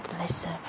listen